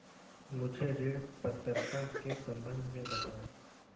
मुझे ऋण पात्रता के सम्बन्ध में बताओ?